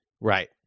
Right